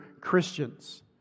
Christians